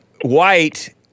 white